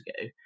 ago